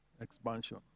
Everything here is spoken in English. expansion